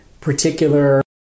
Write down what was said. particular